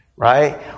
right